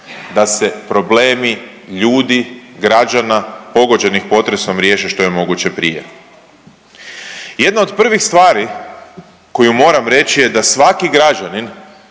da se problemi ljudi, građana pogođenih potresom riješe što je moguće prije. Jedna od prvih stvari koju moram reći je da svaki građanin